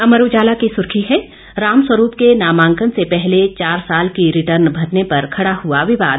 अमर उजाला की सुर्खी है रामस्वरूप के नामांकन से पहले चार साल की रिटर्न भरने पर खड़ा हुआ विवाद